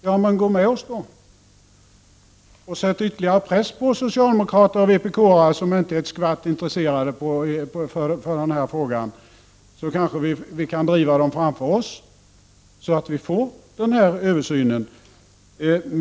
Ja, men gå med oss då och sätt ytterligare press på socialdemokrater och vpk-are, som inte är ett skvatt intresserade av den här frågan, så kanske vi kan driva dem framför oss så att vi får en översyn!